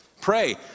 pray